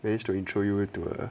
manage to intro you to